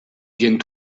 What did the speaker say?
viennent